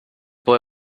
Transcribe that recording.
boy